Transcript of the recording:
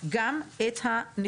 גם בארץ וגם בעולם,